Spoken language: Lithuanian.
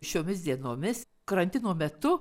šiomis dienomis karantino metu